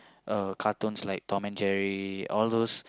uh cartoons like Tom-and-Jerry all those